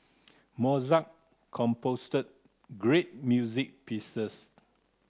Mozart composed great music pieces